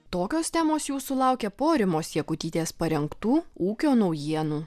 tokios temos jūsų laukia po rimos jakutytės parengtų ūkio naujienų